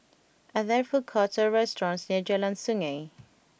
are there food courts or restaurants near Jalan Sungei